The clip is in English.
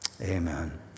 amen